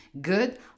Good